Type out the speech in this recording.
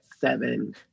seven